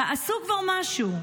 תעשו כבר משהו.